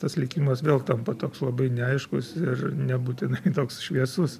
tas likimas vėl tampa toks labai neaiškus ir nebūtinai toks šviesus